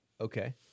Okay